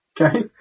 okay